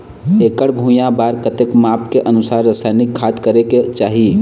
एकड़ भुइयां बार कतेक माप के अनुसार रसायन खाद करें के चाही?